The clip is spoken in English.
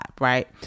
right